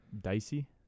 Dicey